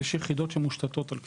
יש יחידות שמושתתות על קצינים.